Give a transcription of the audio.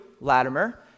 Latimer